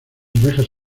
orejas